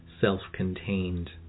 self-contained